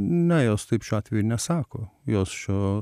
ne jos taip šiuo atveju nesako jos šiuo